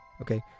Okay